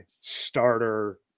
starter